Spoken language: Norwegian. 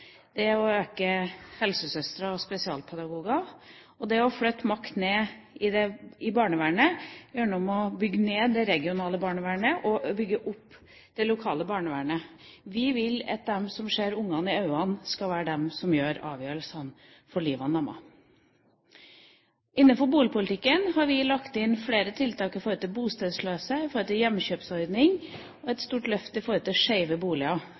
Det går både på økte sosialhjelpsatser, å øke antall helsesøstre og spesialpedagoger og å flytte makt nedover i barnevernet, gjennom å bygge ned det regionale barnevernet og bygge opp det lokale barnevernet. Vi vil at de som ser barna i øynene, skal være de som tar avgjørelsene i livet deres. Innenfor boligpolitikken har vi lagt inn flere tiltak for bostedsløse, med tanke på hjemkjøpsordning og et stort løft når det gjelder «skjeve boliger».